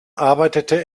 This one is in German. arbeitete